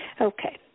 Okay